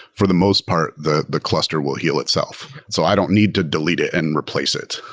for the most part, the the cluster will heal itself. so i don't need to delete it and replace it.